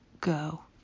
go